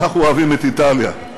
אנחנו אוהבים את איטליה.